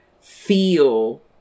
feel